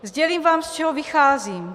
Sdělím vám, z čeho vycházím.